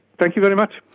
thank you very much.